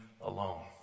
alone